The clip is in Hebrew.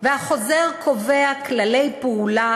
והחוזר קובע כללי פעולה